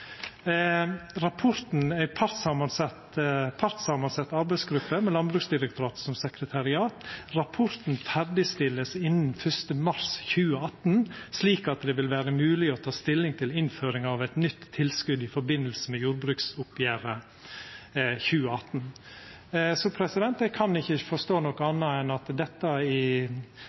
partssammensatt arbeidsgruppe med Landbruksdirektoratet som sekretariat. Rapporten ferdigstilles innen 1. mars 2018 slik at det vil være mulig å ta stilling til innføringen av et nytt tilskudd i forbindelse med jordbruksoppgjøret 2018.» Eg kan ikkje forstå noko anna enn at dette